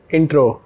Intro